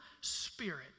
spirit